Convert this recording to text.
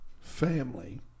family